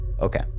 Okay